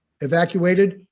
evacuated